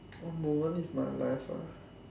one moment of my life ah